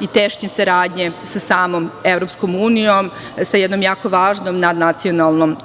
i tešnje saradnje sa samom EU, sa jednom jako važnom nadnacionalnom